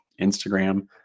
Instagram